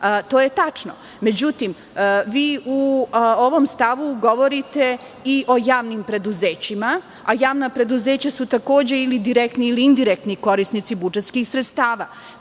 To je tačno, međutim, vi u ovom stavu govorite i o javnim preduzećima, a javna preduzeća su, takođe, ili direktni ili indirektni korisnici budžetskih sredstava,